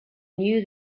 knew